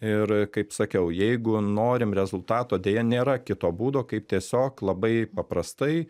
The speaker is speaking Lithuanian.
ir kaip sakiau jeigu norim rezultato deja nėra kito būdo kaip tiesiog labai paprastai